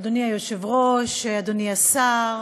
אדוני היושב-ראש, אדוני השר,